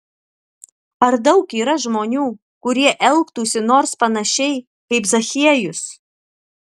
ar daug yra žmonių kurie elgtųsi nors panašiai kaip zachiejus